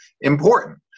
important